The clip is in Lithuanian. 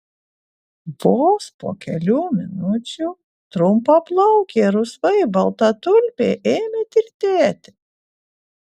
vos po kelių minučių trumpaplaukė rusvai balta tulpė ėmė tirtėti